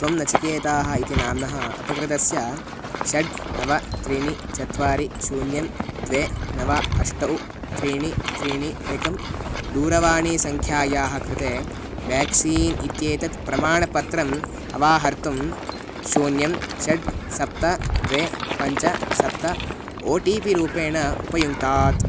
त्वं नचिकेतः इति नाम्नः अपकृतस्य षट् नव त्रीणि चत्वारि शून्यं द्वे नव अष्टौ त्रीणि त्रीणि एकं दूरवाणीसङ्ख्यायाः कृते व्याक्सीन् इत्येतत् प्रमाणपत्रम् अवाहर्तुं शून्यं षट् सप्त द्वे पञ्च सप्त ओ टि पि रूपेण उपयुङ्क्तात्